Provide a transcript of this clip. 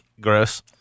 Gross